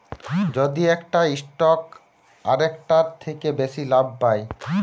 যদি একটা স্টক আরেকটার থেকে বেশি লাভ পায়